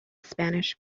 spanish